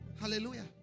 Hallelujah